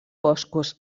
boscos